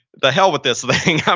the hell with this thing,